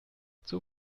zur